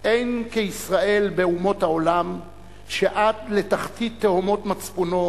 "אין כישראל באומות העולם שעד לתחתית תהומות מצפונו,